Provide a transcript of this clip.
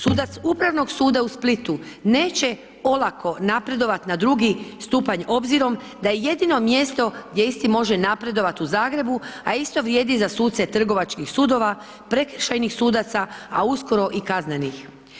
Sudac Upravnog suda u Splitu neće olako napredovati na drugi stupanj obzirom da je jedino mjesto gdje isti može napredovati u Zagrebu, a isto vrijedi za suce trgovačkih sudova, prekršajnih sudaca, a uskoro i kaznenih.